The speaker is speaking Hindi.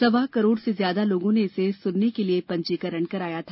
सवा करोड़ से ज्यादा लोगों ने इसे सुनने के लिए पंजीकरण कराया था